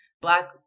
Black